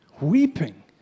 weeping